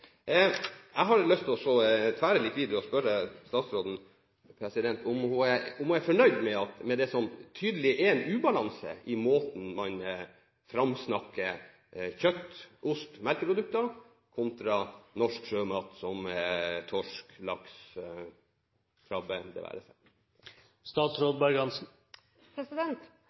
Jeg har lyst til å tvære ut dette litt videre og spørre statsråden om hun er fornøyd med det som tydelig er en ubalanse i måten man framsnakker kjøtt, ost og melkeprodukter på, kontra norsk sjømat som torsk, laks, krabbe osv. Det